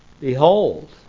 Behold